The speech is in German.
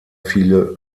viele